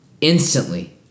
instantly